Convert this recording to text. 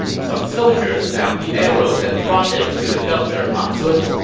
some soldiers found the arrows and brought them to the governor ma zun.